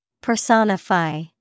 Personify